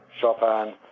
Chopin